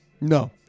No